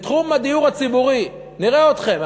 בתחום הדיור הציבורי, נראה אתכם.